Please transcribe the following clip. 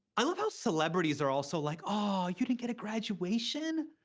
i love how celebrities are also like, aww, you didn't get a graduation?